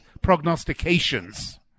prognostications